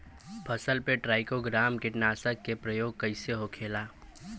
फसल पे ट्राइको ग्राम कीटनाशक के प्रयोग कइसे होखेला?